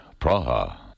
Praha